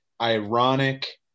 ironic